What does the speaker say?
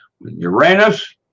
Uranus